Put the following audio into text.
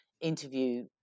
interview